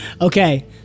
Okay